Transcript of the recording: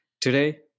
Today